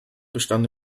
bestand